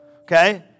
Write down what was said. Okay